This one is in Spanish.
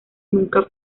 nunca